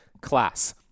class